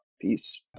Peace